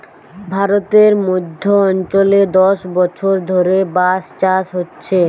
ভারতের মধ্য অঞ্চলে দশ বছর ধরে বাঁশ চাষ হচ্ছে